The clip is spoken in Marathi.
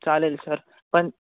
चालेल सर पण